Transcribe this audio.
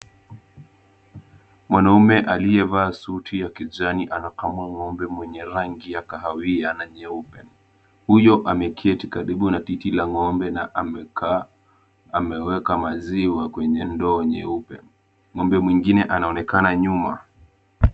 Mwanamume aliyevaa suti ya kijani anakamua ngombe mwenye rangi ya kahawia na jeupe. Huyo ameketi karibu na titi la ngombe na amekaa. Ameweka maziwa kwenye ndoo nyeupe. Ngombe mwingine anaonekana nyuma.